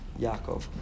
Yaakov